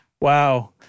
Wow